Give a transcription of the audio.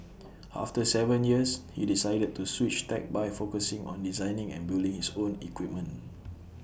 after Seven years he decided to switch tack by focusing on designing and building his own equipment